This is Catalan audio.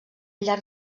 llarg